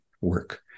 work